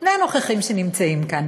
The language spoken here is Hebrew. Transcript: והנוכחים כאן,